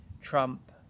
Trump